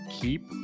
keep